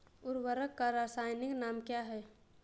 उर्वरक का रासायनिक नाम क्या है?